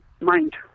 mind